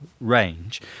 range